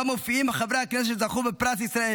שבה מופיעים חברי הכנסת שזכו בפרס ישראל.